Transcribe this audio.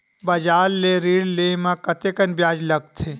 बजार ले ऋण ले म कतेकन ब्याज लगथे?